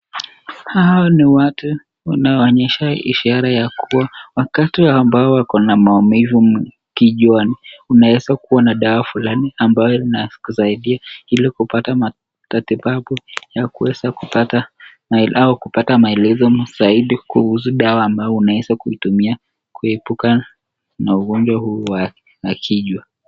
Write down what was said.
Hawa ni watu wanaoonyesha ishara ya kuwa wakati ambao wako na maumivu kichwani unaweza kuwa na dawa fulani ambayo inakusaidia ili kupata matibabu au kuweza kupata maelezo zaidi kuhusu dawa ambayo unaweza kuitimia kuepuka ugonjwa huu wa kichwa.